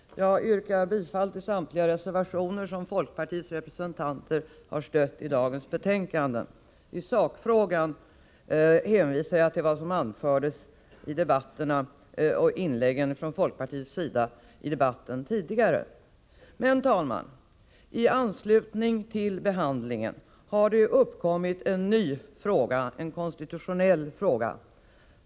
Herr talman! Jag yrkar bifall till samtliga reservationer som folkpartiets representanter har stött och som gäller nu aktuella betänkanden. I sakfrågan hänvisar jag till vad som anfördes i inläggen från folkpartiets sida tidigare i debatten. Men, herr talman, i anslutning till behandlingen har det uppkommit en ny fråga, en konstitutionell fråga.